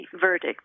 verdict